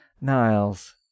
Niles